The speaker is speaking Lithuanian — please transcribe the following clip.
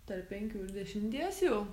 tarp penkių ir dešimties jau